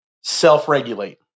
self-regulate